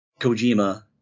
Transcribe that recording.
Kojima